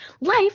life